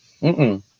-mm